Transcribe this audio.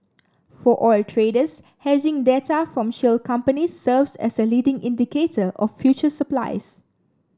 for oil traders hedging data from shale companies serves as a leading indicator of future supplies